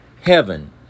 heaven